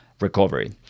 recovery